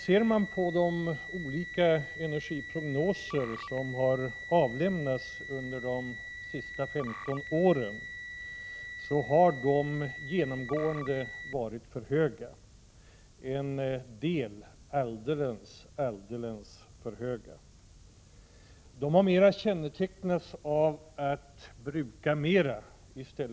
Ser man på de olika energiprognoser som har avlämnats under de senaste 15 åren finner man att dessa genomgående varit för höga, en del alldeles för höga. Prognosernas inriktning har mer varit ”bruka mera” är ”bruka bättre”.